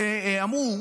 אמרו,